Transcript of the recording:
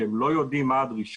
שהם לא יודעים מה הדרישות